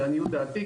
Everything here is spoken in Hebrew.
לעניות דעתי,